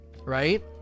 right